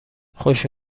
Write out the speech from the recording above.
خوش